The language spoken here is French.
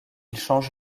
change